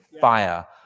fire